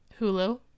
hulu